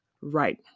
right